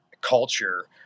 culture